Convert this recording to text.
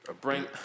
Bring